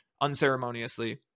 Unceremoniously